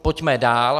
Pojďme dál.